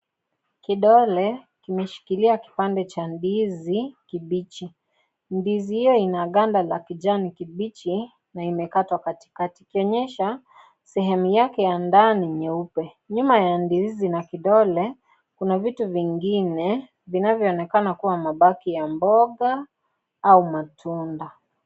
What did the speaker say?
Kidole kimeshikilia kipande cha ndizi, kibichi. Ndizi hiyo ina ganda za kijani kibichi na imekatwa katikati ikionyesha, sehemu yake ya ndani nyeupe. Nyuma ya ndizi na kidole, kuna vitu vingine vinavyo onekana kua mabaki ya mboga au matunda.